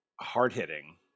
hard-hitting